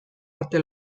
arte